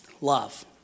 love